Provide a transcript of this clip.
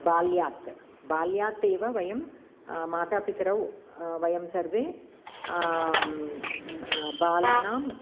बाल्यात् बाल्यातेव वयं मातापितरौ वयं सर्वे बालानाम्